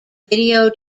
video